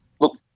Look